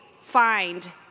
find